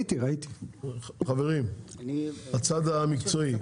הצד המקצועי.